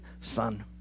son